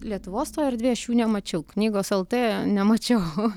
lietuvos toj erdvėj aš jų nemačiau knygos lt nemačiau